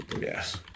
yes